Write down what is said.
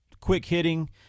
quick-hitting